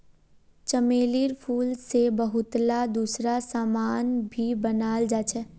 चमेलीर फूल से बहुतला दूसरा समान भी बनाल जा छे